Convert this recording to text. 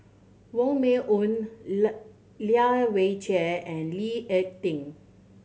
Wong Meng Voon Lai Weijie and Lee Ek Tieng